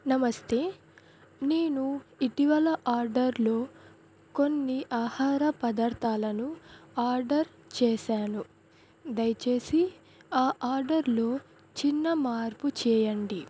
నమస్తే నేను ఇటీవల ఆర్డర్లో కొన్ని ఆహార పదార్థాలను ఆర్డర్ చేశాను దయచేసి ఆ ఆర్డర్లో చిన్న మార్పు చేయండి